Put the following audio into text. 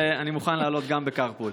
ואני מוכן לעלות גם בקארפול.